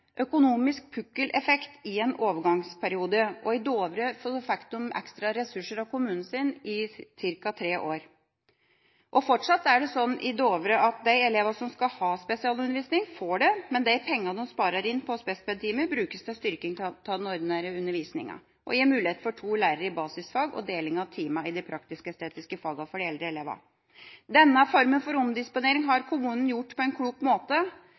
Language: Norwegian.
økonomisk pukkeleffekt i en overgangsperiode, og i Dovre fikk de ekstra ressurser av kommunen sin i ca. tre år. Fortsatt er det sånn i Dovre at de elevene som skal ha spesialundervisning, får det, men de pengene de sparer inn på spes.ped.-timer, brukes til styrking av den ordinære undervisninga og gir mulighet for to lærere i basisfag og deling av timene i de praktisk-estetiske fagene for de eldre elevene. Denne formen for omdisponering har kommunen gjort på en klok måte.